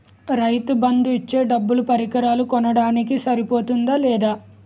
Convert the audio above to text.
రైతు బందు ఇచ్చే డబ్బులు పరికరాలు కొనడానికి సరిపోతుందా లేదా?